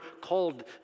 called